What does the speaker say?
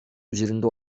üzerinde